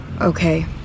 Okay